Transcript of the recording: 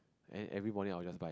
then every morning I will just buy